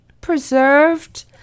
preserved